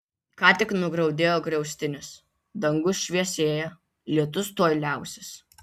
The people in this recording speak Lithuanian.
ką tik nugriaudėjo griaustinis dangus šviesėja lietus tuoj liausis